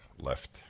left